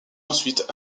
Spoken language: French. ensuite